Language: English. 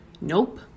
Nope